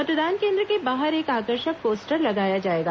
मतदान केन्द्र के बाहर एक आकर्षक पोस्टर लगाया जाएगा